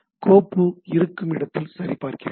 கோப்பு இருக்கும் இடத்தில் சரிபார்க்கிறேன்